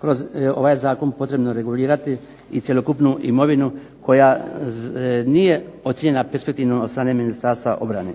kroz ovaj zakon potrebno regulirati i cjelokupnu imovinu koja nije ocijenjena perspektivnom od strane Ministarstva obrane.